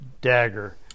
dagger